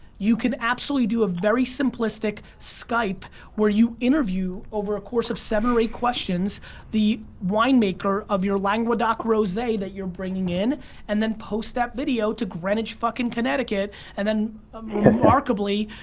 you can absolutely do a very simplistic skype where you interview over a course of seven or eight questions the wine maker of your languedoc rose that you're bringing in and then post that video to greenwich fucking connecticut and then remarkably,